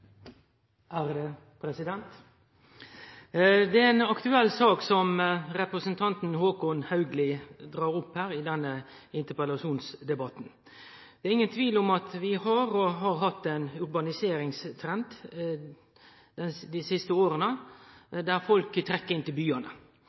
aktuell sak som representanten Håkon Haugli drar opp i denne interpellasjonsdebatten. Det er ingen tvil om at vi har og har hatt ein urbaniseringstrend dei siste åra,